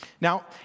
Now